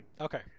Okay